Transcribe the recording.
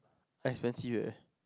expensive leh